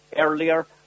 earlier